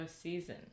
season